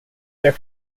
their